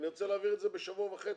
אני רוצה להעביר את זה בשבוע וחצי,